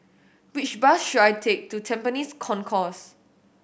which bus should I take to Tampines Concourse